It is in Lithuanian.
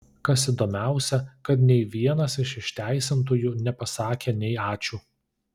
kas įdomiausią kad nei vienas iš išteisintųjų nepasakė nei ačiū